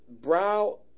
brow